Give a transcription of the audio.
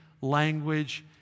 language